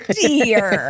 dear